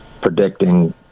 predicting